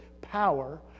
power